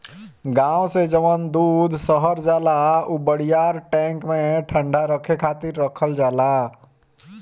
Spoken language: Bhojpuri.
गाँव से जवन दूध शहर जाला उ बड़ियार टैंक में ठंडा रखे खातिर रखल जाला